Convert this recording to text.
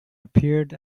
appeared